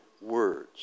words